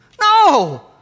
No